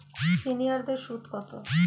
সিনিয়ারদের সুদ কত?